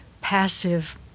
passive